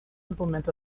implement